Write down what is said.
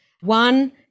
one